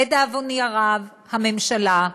לדאבוני הרב, הממשלה,